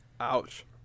Ouch